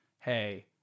Hey